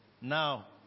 Now